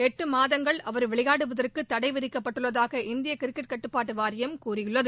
எட்டு மாதங்கள் அவர் விளையாடுவதற்கு தடை விதிக்கப்பட்டுள்ளதாக இந்திய கிரிக்கெட் கட்டுப்பாட்டு வாரியம் கூறியுள்ளது